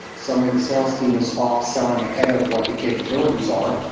suddenly the sales team is off selling ahead of what the capabilities are,